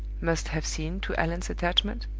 must have seen to allan's attachment?